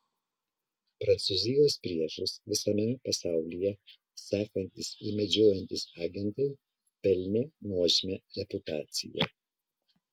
prancūzijos priešus visame pasaulyje sekantys ir medžiojantys agentai pelnė nuožmią reputaciją